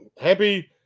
happy